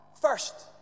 First